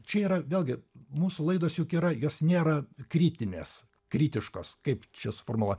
čia yra vėlgi mūsų laidos juk yra jos nėra kritinės kritiškos kaip čia suformuluot